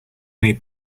many